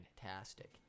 fantastic